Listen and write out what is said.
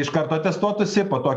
iš karto testuotųsi po to